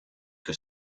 que